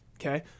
okay